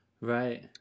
Right